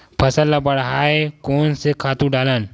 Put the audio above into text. फसल ल बढ़ाय कोन से खातु डालन?